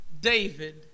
David